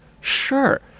sure